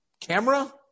camera